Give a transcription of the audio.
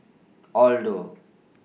Aldo